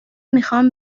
میخوام